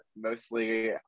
mostly